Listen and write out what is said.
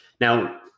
Now